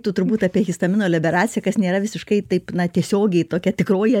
tu turbūt apie histamino leberaciją kas nėra visiškai taip na tiesiogiai tokia tikroji